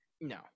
No